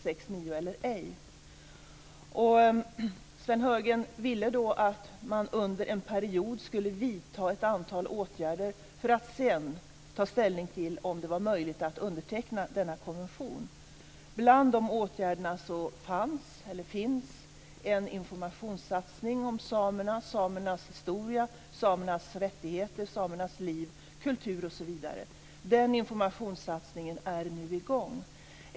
Sven Heurgren ville då att man under en period skulle vidta ett antal åtgärder för att sedan ta ställning till om det var möjligt att underteckna denna konvention. Bland dessa åtgärder ingick en informationssatsning om samerna, samernas historia, samernas rättigheter, samernas liv, kultur osv. Den informationssatsningen är nu i gång.